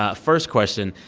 ah first question,